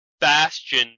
Bastion